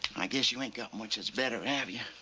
i guess you ain't got much that's better, have you,